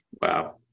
wow